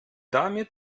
damit